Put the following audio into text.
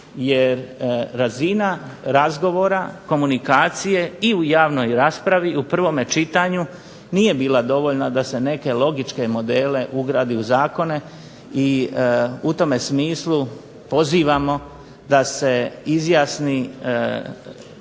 Jer razina razgovora, komunikacije i u javnoj raspravi u prvome čitanju nije bila dovoljna da se neke logičke modele ugradi u zakone i u tome smislu pozivamo da se izjasni